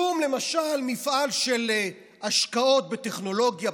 אין למשל שום מפעל של השקעות בטכנולוגיה,